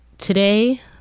today